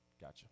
Gotcha